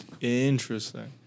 Interesting